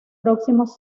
próximos